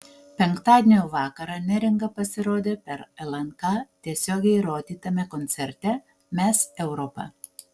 penktadienio vakarą neringa pasirodė per lnk tiesiogiai rodytame koncerte mes europa